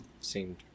seemed